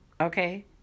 Okay